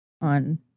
On